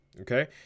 Okay